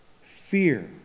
fear